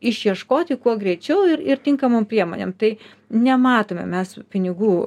išieškoti kuo greičiau ir ir tinkamom priemonėm tai nematome mes pinigų